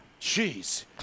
Jeez